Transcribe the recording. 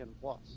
Plus